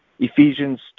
Ephesians